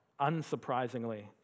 unsurprisingly